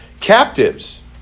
Captives